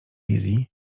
wizji